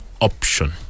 option